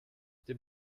dem